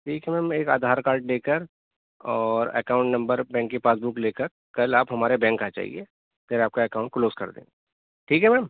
ٹھیک ہے میم ایک آدھار کارڈ لے کر اور اکاؤنٹ نمبر بینک کی پاس بک لے کر کل آپ ہمارے بینک آ جائیے پھر آپ کا اکاؤنٹ کلوز کر دیں گے ٹھیک ہے میم